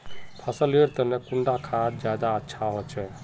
फसल लेर तने कुंडा खाद ज्यादा अच्छा होचे?